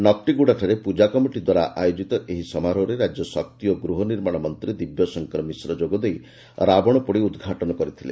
ନକଟିଗୁଡ଼ାଠାରେ ପ୍ରକା କମିଟି ଦ୍ୱାରା ଆୟୋକିତ ଏହି ସମାରୋହରେ ରାଜ୍ୟ ଶକ୍ତି ଓ ଗୂହ ନିର୍ମାଣ ମନ୍ତୀ ଦିବ୍ୟ ଶଙ୍କର ମିଶ୍ର ଯୋଗ ଦେଇ ରାବଶପୋଡ଼ି ଉଦ୍ଘାଟନ କରିଥିଲେ